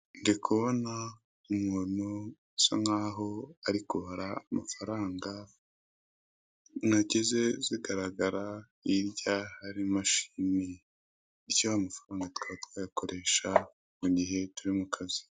Ndi kubona umuntu usa nkaho ari kubara amafaranga intoki ze zigaragara hirya hari imashini, icyo ayo mafaranga twaba twayakoresha mu gihe turi mu kazi.